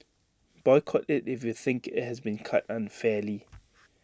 boycott IT if you think IT has been cut unfairly